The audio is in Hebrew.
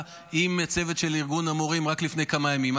עם הצוות של ארגון המורים רק לפני כמה ימים.